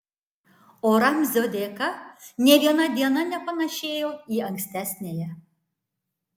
o ramzio dėka nė viena diena nepanašėjo į ankstesniąją